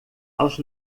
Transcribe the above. aos